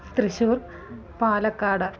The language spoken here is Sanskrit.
त्रिश्शूर् पालक्काड